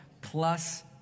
plus